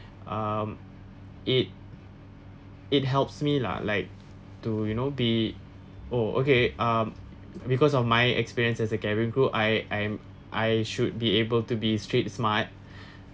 um it it helps me lah like to you know be oh okay ah be~ because of my experience as a cabin crew I I'm I should be able to be street smart